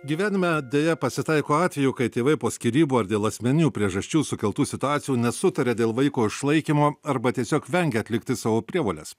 gyvenime deja pasitaiko atvejų kai tėvai po skyrybų ar dėl asmeninių priežasčių sukeltų situacijų nesutaria dėl vaiko išlaikymo arba tiesiog vengia atlikti savo prievoles